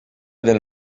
del